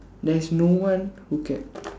there's no one who can